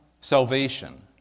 salvation